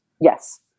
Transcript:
Yes